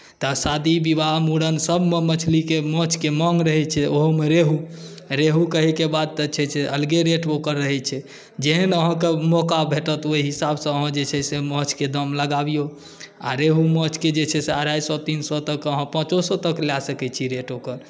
तऽ शादी विवाह मूड़नसभमे मछलीके माछके माँग रहैत छै ओहोमे रेहू रेहू कहैके बाद तऽ छै जे अलगे रेट ओकर रहैत छै जेहन अहाँकेँ मौका भेटत ओहि हिसाबसँ अहाँ जे छै से माछके दाम लगाबियौ आ रेहू माछके जे छै अढ़ाइ सए तीन सए तक अहाँ पाँचो सए तक लए सकैत छी रेट ओकर